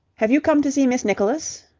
have you come to see miss nicholas?